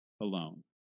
alone